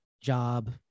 job